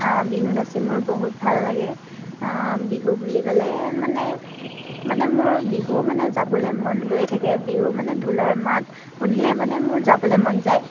বিহু নাচি মোৰ বহুত ভাল লাগে বিহু বুলি ক'লে মানে মানে মোৰ বিহু মানে যাবলৈ মন গৈয়ে থাকে বিহু মানে ঢোলৰ মাত শুনিলে মানে মোৰ যাবলৈ মন যায়